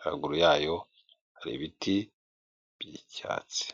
Haruguru yayo hari ibiti by'icyatsi.